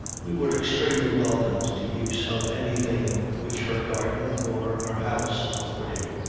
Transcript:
we were extremely welcome to the use of anything which her garden or her house afforded.